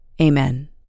Amen